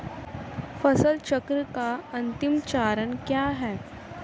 फसल चक्र का अंतिम चरण क्या है?